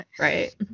right